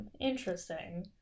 interesting